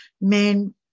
men